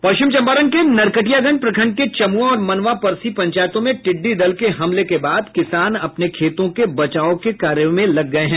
पश्चिम चम्पारण के नरकटियागंज प्रखंड के चमुआ और मनवा परसी पंचायतों में टिड्डी दल के हमले के बाद किसान अपने खेतों के बचाव के कार्यों में लग गये हैं